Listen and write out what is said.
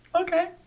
okay